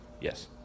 Yes